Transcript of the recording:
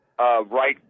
Right